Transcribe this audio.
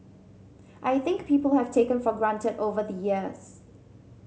I think people have taken for granted over the years